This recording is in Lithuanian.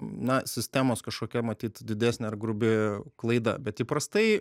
na sistemos kažkokia matyt didesnė ar grubi klaida bet įprastai